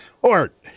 court